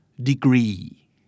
Degree